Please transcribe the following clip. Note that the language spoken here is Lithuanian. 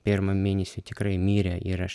pirmą mėnesį tikrai mirė ir aš